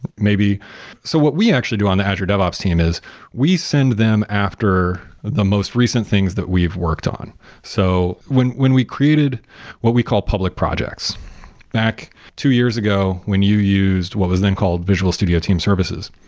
so what we actually do on the azure devops team is we send them after the most recent things that we've worked on so when when we created what we call public projects back two years ago when you used what was then called visual studio team services,